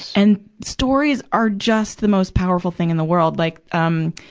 and, stories are just the most powerful thing in the world. like, um,